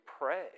pray